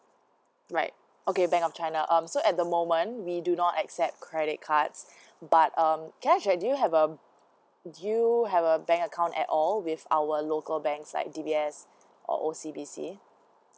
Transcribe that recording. right okay bank of china um so at the moment we do not accept credit cards but um can I check do you have um do you have a bank account at all with our local banks like D_B_S uh O_C_B_C